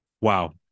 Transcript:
Wow